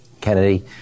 Kennedy